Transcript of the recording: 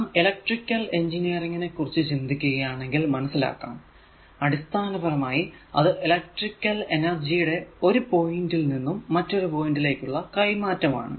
നാം electrical engineering നെ കുറിച്ച് ചിന്തിക്കുകയാണേൽ മനസിലാക്കാം അടിസ്ഥാനപരമായി അത് ഇലെക്ട്രിക്കൽ എനർജി യുടെ ഒരു പോയിന്റ് ൽ നിന്നും മറ്റൊരു പോയിന്റിലേക്കുള്ള കൈമാറ്റം ആണ്